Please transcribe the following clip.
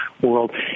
world